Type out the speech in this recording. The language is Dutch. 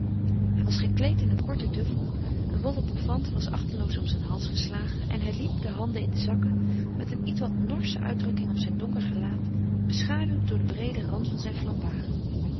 hij was gekleed in een korten duffel een wollen bouffante was achteloos om zijn hals geslagen en hij liep de handen in de zakken met een ietwat norsche uitdrukking op zijn donker gelaat beschaduwd door den breeden rand van zijn flambard